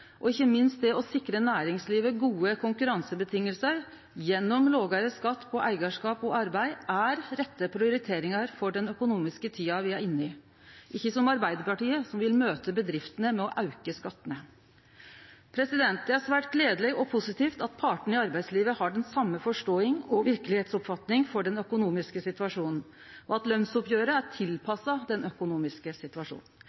og ikkje minst det å sikre næringslivet gode konkurransevilkår gjennom lågare skatt på eigarskap og arbeid er rette prioriteringar for den økonomiske tida me er inne i – og ikkje som Arbeidarpartiet, som vil møte bedriftene med å auke skattane. Det er svært gledeleg og positivt at partane i arbeidslivet har den same forståinga og verkelegheitsoppfatninga av den økonomiske situasjonen, og at lønsoppgjeret er